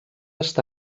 està